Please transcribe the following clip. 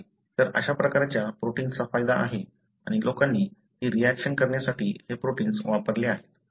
तर अशा प्रकारच्या प्रोटिन्सचा फायदा आहे आणि लोकांनी ती रिऍक्शन करण्यासाठी हे प्रोटिन्स वापरले आहेत